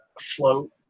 float